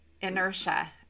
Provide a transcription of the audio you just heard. inertia